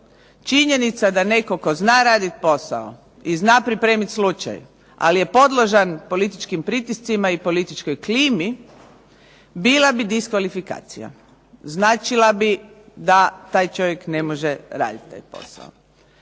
činjenica da netko tko zna raditi posao i zna pripremiti slučaj ali je podložan političkim pritiscima i političkoj klimi bila bi diskvalifikacija, značila bi da taj čovjek ne može raditi taj posao.